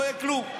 לא יהיה כלום.